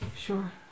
Sure